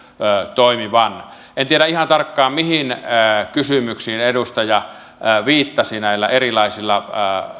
toimivan en tiedä ihan tarkkaan mihin kysymyksiin edustaja viittasi näillä erilaisilla